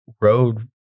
road